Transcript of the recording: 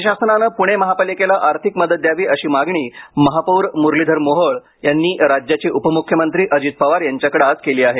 राज्य शासनाने पुणे महापालिकेला आर्थिक मदत द्यावी अशी मागणी महापौर मुरलीधर मोहोळ यांनी राज्याचे उपमुख्यमंत्री अजित पवार यांच्याकडे आज केली आहे